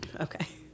Okay